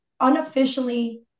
unofficially